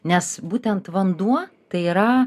nes būtent vanduo tai yra